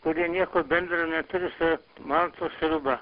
kurie nieko bendro neturi su maltos sriuba